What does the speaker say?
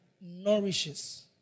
nourishes